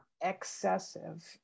excessive